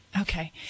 Okay